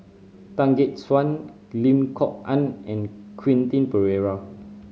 Tan Gek Suan Lim Kok Ann and Quentin Pereira